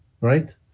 right